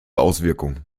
auswirkungen